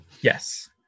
Yes